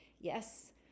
Yes